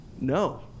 No